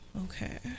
okay